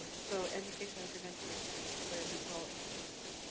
so education and prevention is gonna play a big role in changing that.